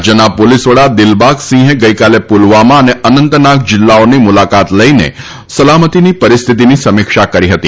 રાજ્યના પોલીસ વડા દિલબાગસિંહે ગઇકાલે પુલવામા અને અનંતનાગ જીલ્લાઓની મુલાકાત લઇને સલામતીની પરિસ્થિતિની સમીક્ષા કરી હતી